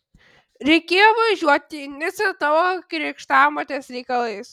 reikėjo važiuoti į nicą tavo krikštamotės reikalais